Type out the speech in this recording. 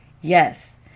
Yes